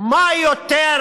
מה יותר